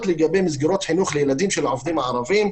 לגבי מסגרות חינוך לילדים של העובדים הערבים.